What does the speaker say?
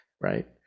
right